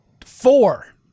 four